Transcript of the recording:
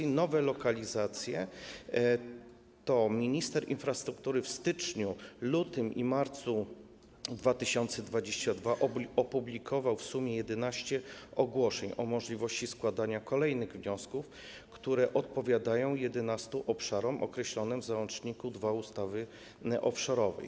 Jeżeli chodzi o nowe lokalizacje, to minister infrastruktury w styczniu, lutym i marcu 2022 r. opublikował w sumie 11 ogłoszeń o możliwości składania kolejnych wniosków, które odpowiadają 11 obszarom określonym w załączniku nr 2 do ustawy offshore.